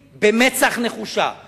נבחן, האם "מכון סאלד" עומד בתקנים?